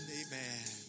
amen